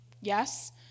Yes